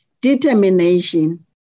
determination